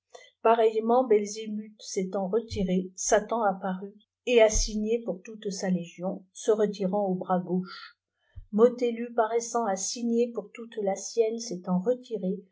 pareillement belzébuth s'étant retiré satan apparut et a signé pour toute sa légion se retirant au bras gauche motèlu paraissant a signé peur toute la sienne s'étant retiré